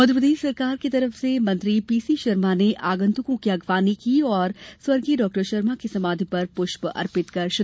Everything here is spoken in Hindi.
मध्यप्रदेश सरकार की तरफ से मंत्री पीसी शर्मा ने आगन्तुकों की अगवानी की और स्व डॉ शर्मा की समाधि पर पुष्प अर्पित किये